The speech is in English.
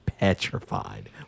petrified